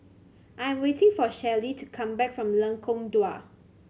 I am waiting for Shelley to come back from Lengkong Dua